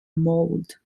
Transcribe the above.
mold